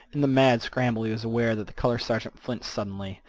in the mad scramble he was aware that the color sergeant flinched suddenly,